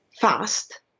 fast